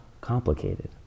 complicated